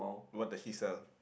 what does she sell